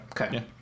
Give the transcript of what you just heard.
Okay